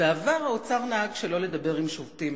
בעבר האוצר נהג שלא לדבר עם שובתים.